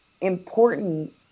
important